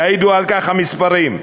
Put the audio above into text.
יעידו על כך המספרים.